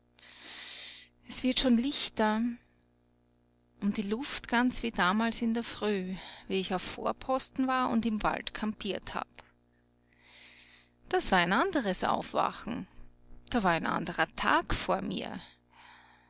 es wird schon lichter und die luft ganz wie damals in der früh wie ich auf vorposten war und im wald kampiert hab das war ein anderes aufwachen da war ein anderer tag vor mir